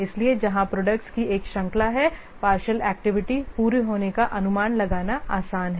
इसलिए जहां प्रोडक्टस की एक श्रृंखला है पार्षइल एक्टिविटी पूरी होने का अनुमान लगाना आसान है